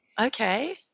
Okay